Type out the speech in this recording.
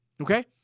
Okay